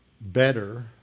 better